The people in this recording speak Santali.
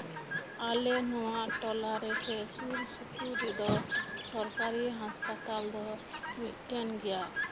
ᱟᱞᱮ ᱱᱚᱶᱟ ᱴᱚᱞᱟ ᱨᱮ ᱥᱮ ᱥᱳᱨ ᱥᱳᱯᱳᱨ ᱨᱮᱫᱚ ᱥᱚᱨᱠᱟᱨᱤ ᱦᱟᱥᱛᱟᱯᱟᱛ ᱫᱚ ᱢᱤᱫᱴᱮᱱ ᱜᱮᱭᱟ